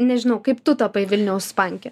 nežinau kaip tu tapai vilniaus panke tai